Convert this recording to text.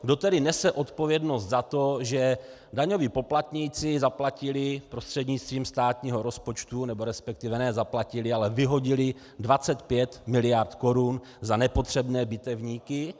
Kdo tedy nese odpovědnost za to, že daňoví poplatníci zaplatili prostřednictvím státního rozpočtu, respektive ne zaplatili, ale vyhodili 25 miliard korun za nepotřebné bitevníky?